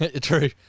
True